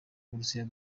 uburusiya